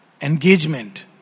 engagement।